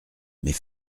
mais